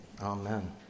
Amen